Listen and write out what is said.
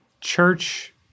church